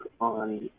on